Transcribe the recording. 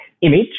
image